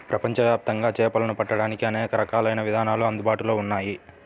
ప్రపంచవ్యాప్తంగా చేపలను పట్టడానికి అనేక రకాలైన విధానాలు అందుబాటులో ఉన్నాయి